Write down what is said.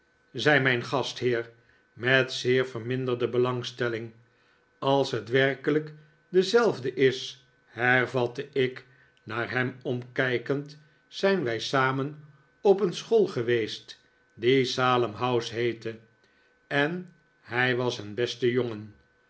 zei mijn gastheer met zeer verminderde belangstelling als het werkelijk dezelfde is hervatte ik naar hem omkijkend zijn wij samen op een school geweest die salem house heette en hij was een beste jongen